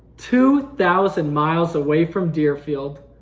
two thousand miles away from deerfield,